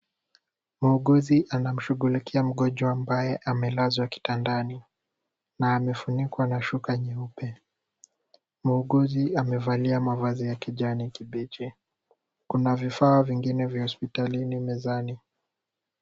Muuguzi anamshughulikia mgonjwa ambaye amelazwa kitandani. Na amefunikwa na shuka nyeupe. Muuguzi amevalia mavazi ya kijani kibichi. Kuna vifaa vingine vya hospitali mezani.